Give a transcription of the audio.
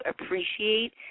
appreciate